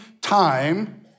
time